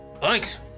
Thanks